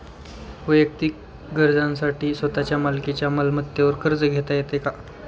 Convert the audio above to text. वैयक्तिक गरजांसाठी स्वतःच्या मालकीच्या मालमत्तेवर कर्ज घेता येतो का?